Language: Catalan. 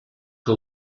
que